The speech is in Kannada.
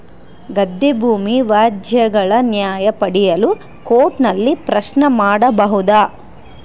ಗದ್ದೆ ಭೂಮಿ ವ್ಯಾಜ್ಯಗಳ ನ್ಯಾಯ ಪಡೆಯಲು ಕೋರ್ಟ್ ನಲ್ಲಿ ಪ್ರಶ್ನೆ ಮಾಡಬಹುದಾ?